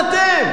כמה אתם?